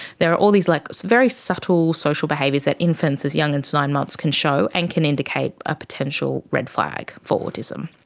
there are all these like very subtle social behaviours that infants as young and as nine months can show and can indicate a potential red flag for autism.